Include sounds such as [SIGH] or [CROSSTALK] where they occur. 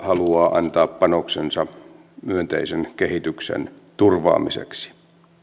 [UNINTELLIGIBLE] haluaa antaa panoksensa myönteisen kehityksen turvaamiseksi